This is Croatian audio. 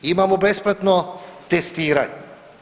Imamo besplatno testiranje.